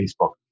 Facebook